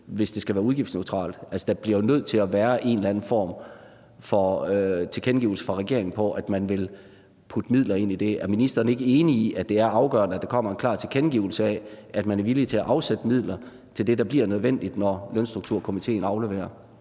hvis det skal være udgiftsneutralt. Altså, der bliver nødt til at være en eller anden form for tilkendegivelse fra regeringen om, at man vil putte midler ind i det. Er ministeren ikke enig i, at det er afgørende, at der kommer en klar tilkendegivelse af, at man er villig til at afsætte midler til det, der bliver nødvendigt, når Lønstrukturkomitéen afleverer?